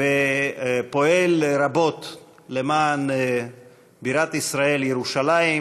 ופועל רבות למען בירת ישראל ירושלים,